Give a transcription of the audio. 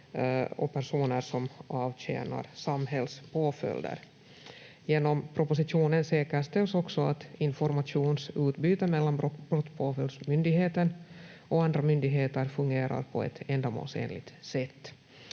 och personer som avtjänar samhällspåföljder. Genom propositionen säkerställs också att informationsutbytet mellan Brottspåföljdsmyndigheten och andra myndigheter fungerar på ett ändamålsenligt sätt.